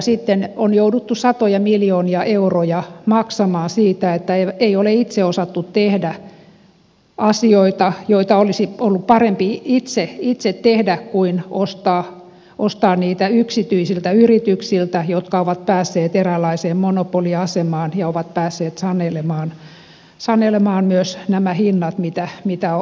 sitten on jouduttu satoja miljoonia euroja maksamaan siitä että ei ole itse osattu tehdä asioita joita olisi ollut parempi itse tehdä kuin ostaa niitä yksityisiltä yrityksiltä jotka ovat päässeet eräänlaiseen monopoliasemaan ja ovat päässeet sanelemaan myös nämä hinnat mitä ottavat palveluistaan